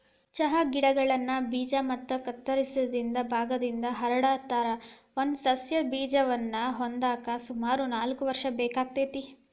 ಚಹಾ ಗಿಡಗಳನ್ನ ಬೇಜ ಮತ್ತ ಕತ್ತರಿಸಿದ ಭಾಗಗಳಿಂದ ಹರಡತಾರ, ಒಂದು ಸಸ್ಯ ಬೇಜವನ್ನ ಹೊಂದಾಕ ಸುಮಾರು ನಾಲ್ಕ್ ವರ್ಷ ಬೇಕಾಗತೇತಿ